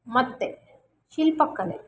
ಮತ್ತು ಶಿಲ್ಪಕಲೆ